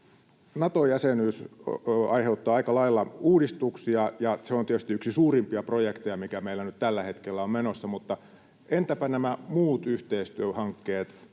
Nato-jäsenyys aiheuttaa aika lailla uudistuksia, ja se on tietysti yksi suurimpia projekteja, mikä meillä nyt tällä hetkellä on menossa, mutta entäpä nämä muut yhteistyöhankkeet: